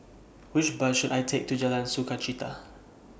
Which Bus should I Take to Jalan Sukachita